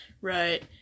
right